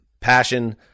passion